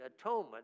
atonement